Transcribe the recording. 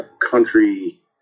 country